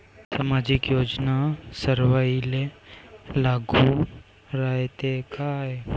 सामाजिक योजना सर्वाईले लागू रायते काय?